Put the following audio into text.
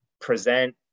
present